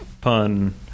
pun